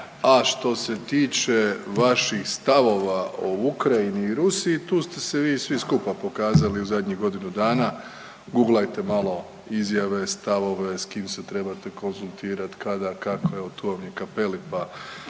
A što se tiče vaših stavova o Ukrajini i Rusiji tu ste se vi svi skupa pokazali u zadnjih godinu dana, guglajte malo izjave, stavove s kim se trebate konzultirati, kada, kako evo tu vam je Cappelli pa